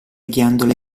ghiandole